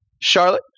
Charlotte